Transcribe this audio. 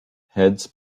heads